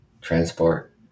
transport